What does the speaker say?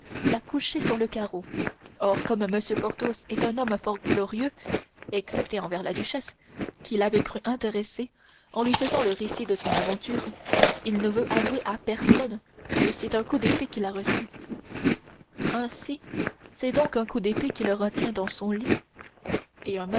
l'a couché sur le carreau or comme m porthos est un homme fort glorieux excepté envers la duchesse qu'il avait cru intéresser en lui faisant le récit de son aventure il ne veut avouer à personne que c'est un coup d'épée qu'il a reçu ainsi c'est donc un coup d'épée qui le retient dans son lit et